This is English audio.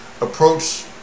approach